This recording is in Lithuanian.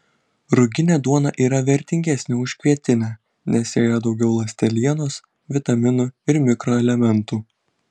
ruginė duona yra vertingesnė už kvietinę nes joje daugiau ląstelienos vitaminų ir mikroelementų